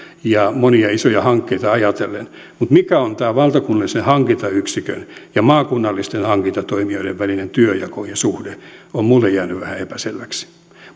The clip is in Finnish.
ja monia isoja hankkeita ajatellen mutta se mikä on tämän valtakunnallisen hankintayksikön ja maakunnallisten hankintatoimijoiden välinen työnjako ja suhde on minulle jäänyt vähän epäselväksi